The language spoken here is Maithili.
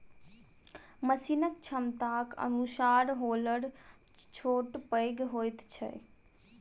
मशीनक क्षमताक अनुसार हौलर छोट पैघ होइत छै